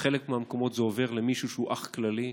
בחלק מהמקומות זה עובר למישהו שהוא אח כללי.